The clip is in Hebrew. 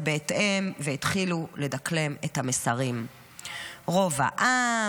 בהתאם והתחילו לדקלם את המסרים "רוב העם",